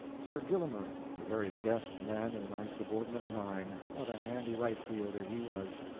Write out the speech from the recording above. sir gillimer the very best man in my subordinate nine. what a handy right-fielder he was!